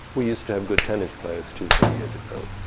we used to have good tennis players too, some years ago.